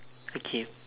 okay